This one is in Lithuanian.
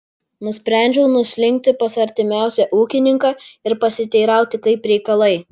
nusprendžiau nuslinkti pas artimiausią ūkininką ir pasiteirauti kaip reikalai